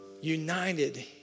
united